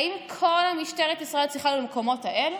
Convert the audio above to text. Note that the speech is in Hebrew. האם כל משטרת ישראל צריכה להיות במקומות האלה?